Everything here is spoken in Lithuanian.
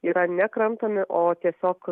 yra nekramtomi o tiesiog